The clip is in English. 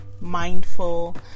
mindful